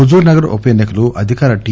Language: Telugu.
హుజుర్ నగర్ ఉప ఎన్నికలో అధికార టి